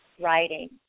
writing